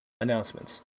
announcements